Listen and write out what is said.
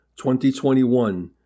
2021